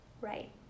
Right